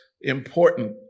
important